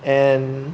and